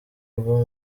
rwo